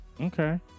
Okay